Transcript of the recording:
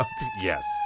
Yes